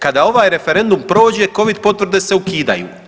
Kada ovaj referendum prođe, Covid potvrde se ukidaju.